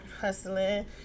hustling